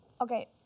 Okay